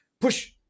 push